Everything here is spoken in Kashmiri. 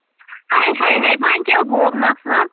ہاے ہاے ہاے وۄنۍ کیٛاہ گوکھ نۄقصان